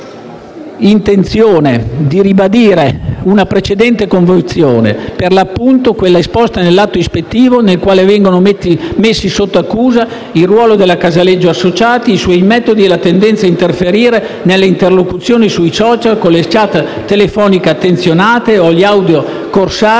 intenzione di ribadire una precedente convinzione: per l'appunto quella esposta nell'atto ispettivo *de quo*, nel quale vengono messi sotto accusa il ruolo della Casaleggio Associati Srl, i suoi metodi e la tendenza ad interferire nell'interlocuzione sui *social* con le *chat* telefoniche attenzionate, o gli audio corsari